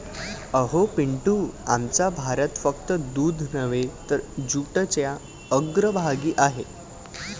अहो पिंटू, आमचा भारत फक्त दूध नव्हे तर जूटच्या अग्रभागी आहे